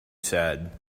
said